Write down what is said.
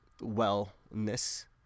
wellness